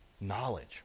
Knowledge